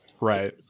Right